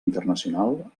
internacional